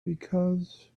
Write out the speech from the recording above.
because